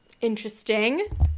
interesting